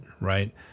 right